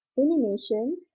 animation,